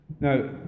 Now